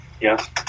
Yes